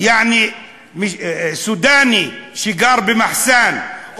יעני סודאני שגר במחסן,